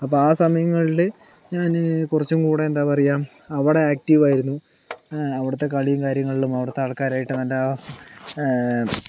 അപ്പം ആ സമയങ്ങളില് ഞാന് കുറച്ചും കൂടെ എന്താ പറയുക അവടെ ആക്ടിവായിരുന്നു അവിടുത്തെ കളിയും കാര്യങ്ങളിലും അവിടുത്തെ ആൽക്കാരായിട്ടും നല്ല